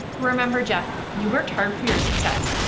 remember jeff, you worked hard for your success,